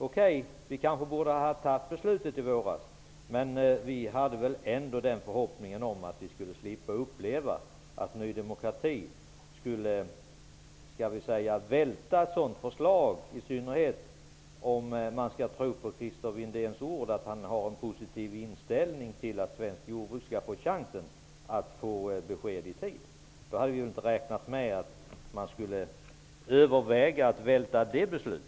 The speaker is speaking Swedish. Det kanske är riktigt att beslutet borde ha fattats redan i våras, men förhoppningen fanns att slippa uppleva att Ny demokrati skulle så att säga välta ett sådant förslag, i synnerhet om man tror på Christer Windéns ord att han har en positiv inställning till att man i svenskt jorbruk skall få chansen till ett besked i tid. Vi har aldrig räknat med att man inom Ny demokrati skulle överväga att välta ett sådant beslut.